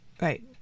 Right